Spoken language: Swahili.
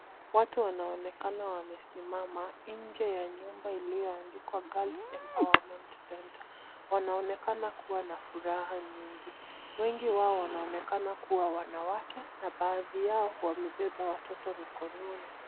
Watu wanaonekana wamesimama nje ya nyumba iliyoandikwa, Girls Empowerment Center. Wanaonekana kua na furaha nyingi. Wengi wao wanaonekana kua wanawake na baadhi yao wamebeba watoto mikononi.